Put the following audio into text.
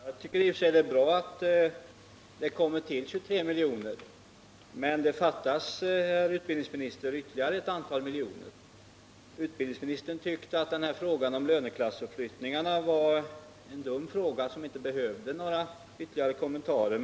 Herr talman! Jag tycker i och för sig att det är bra att det kommer till 23 miljoner, men det fattas, herr utbildningsminister, ytterligare ett antal miljoner. Utbildningsministern tyckte att frågan om löneklassuppflyttningarna var en dum fråga som inte behövde några ytterligare kommentarer.